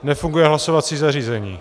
Nefunguje hlasovací zařízení.